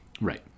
Right